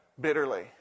bitterly